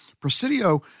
Presidio